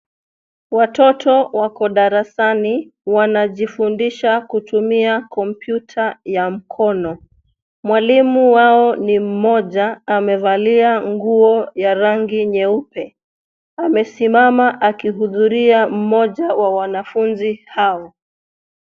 Watoto wako darasani. Wanajifundisha kutumia kompyuta ya mkono. Mwalimu wao ni mmoja amevalia nguo ya rangi nyeupe. Amesimama akihudumia mmoja wa wanafunzi hawa.